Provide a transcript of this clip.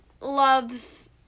loves